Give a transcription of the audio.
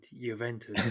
Juventus